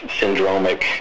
syndromic